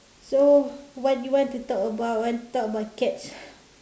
so what you what do want talk about want talk about cats